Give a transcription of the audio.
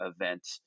event